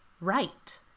right